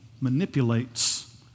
manipulates